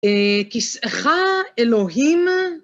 כסאך אלוהים